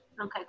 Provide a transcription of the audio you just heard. Okay